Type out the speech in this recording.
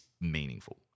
meaningful